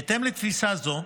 בהתאם לתפיסה זו,